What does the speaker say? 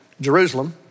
Jerusalem